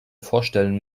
vorstellen